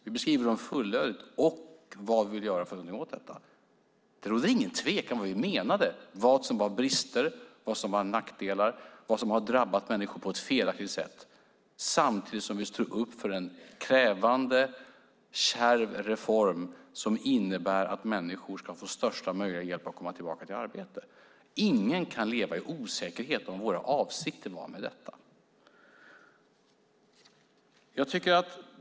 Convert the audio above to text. Vi beskriver bristerna fullödigt och vad vi vill göra för att göra något åt dessa. Det råder ingen tvekan om vad vi menade var brister, vad som var nackdelar och vilka felaktigheter som har drabbat människor, samtidigt som vi står upp för en krävande kärv reform som innebär att människor ska få största möjliga hjälp att komma tillbaka till arbete. Ingen kan leva i osäkerhet om vad våra avsikter var med detta.